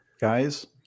guys